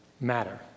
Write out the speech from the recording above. matter